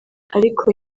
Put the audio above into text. ariko